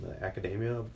academia